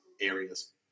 areas